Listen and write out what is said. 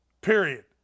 period